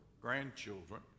grandchildren